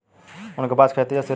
उनके पास खेती हैं सिर्फ